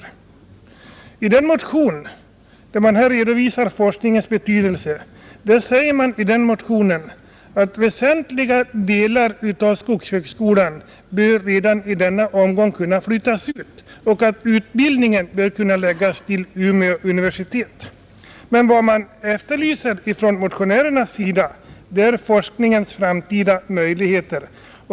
I motionen nr 1295 där man redovisat forskningens betydelse säger man att väsentliga delar av skogshögskolan redan i denna omgång bör kunna flyttas ut och att utbildningen bör kunna förläggas till Umeå universitet. Men vad motionärerna särskilt efterlyser är forskningens framtida möjligheter.